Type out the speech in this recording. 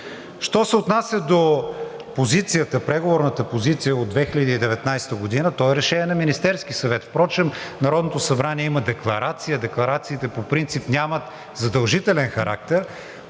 Що се отнася до преговорната позиция от 2019 г., то е решение на Министерския съвет. Впрочем Народното събрание има декларация, декларациите по принцип нямат задължителен характер,